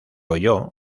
oyó